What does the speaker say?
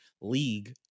league